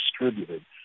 distributed